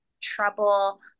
trouble